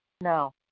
No